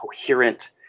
coherent